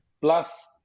plus